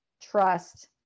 trust